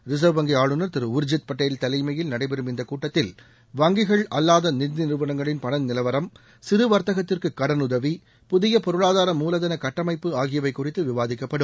reserve வங்கி ஆளுநர் திரு உர்ஜித் பட்டேல் தலைமையில் நடைபெறும் இந்த கூட்டத்தில் வங்கிகள் அல்லாத நிதிநிறுவனங்களின் பண நிலவரம் சிறு வர்த்தகத்திற்கு கடனுதவி புதிய பொருளாதார மூலதன கட்டமமைப்பு ஆகியவை குறித்து விவாதிக்கப்படும்